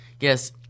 Yes